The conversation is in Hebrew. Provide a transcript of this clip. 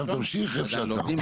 טוב עכשיו תמשיך איפה שעצרת.